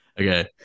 Okay